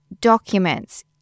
documents